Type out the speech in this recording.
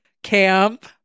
Camp